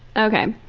ok,